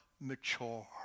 mature